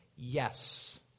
Yes